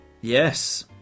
Yes